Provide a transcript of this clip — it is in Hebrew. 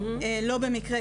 לא במקרה,